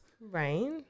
right